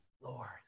Lord